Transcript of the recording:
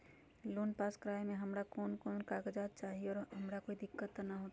Loan पास करवावे में हमरा कौन कौन कागजात चाही और हमरा कोई दिक्कत त ना होतई?